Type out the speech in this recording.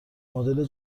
مدل